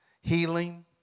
Healing